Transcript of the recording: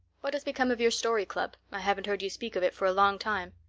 what has become of your story club? i haven't heard you speak of it for a long time.